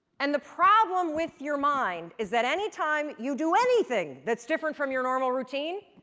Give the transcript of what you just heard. and the problem with your mind is that anytime you do anything that's different from your normal routine,